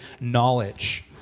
knowledge